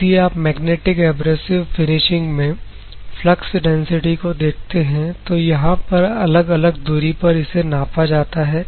यदि आप magnetic abrasive finishing में फ्लक्स डेंसिटी को देखते हैं तो यहां पर अलग अलग दूरी पर इसे नापा जाता है